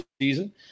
season